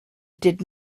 did